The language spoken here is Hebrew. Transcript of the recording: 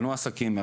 עסקים פנו.